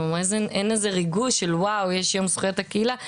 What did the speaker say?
איך איזה ריגוש של וואו, יש יום זכויות הקהילה.